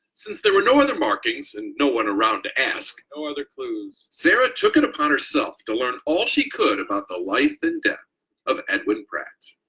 since there were no other markings and no one around to ask, no other clues, sarah took it upon herself to learn all she could about the life and death of edwin pratt.